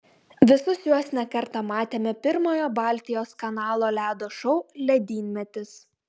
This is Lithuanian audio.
visus juos ne kartą matėme pirmojo baltijos kanalo ledo šou ledynmetis